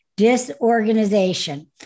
disorganization